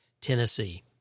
Tennessee